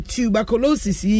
Tuberculosis